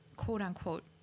quote-unquote